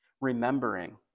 remembering